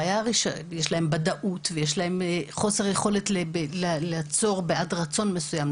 יש להם חוסר יכולת לעצור בעד רצון מסוים,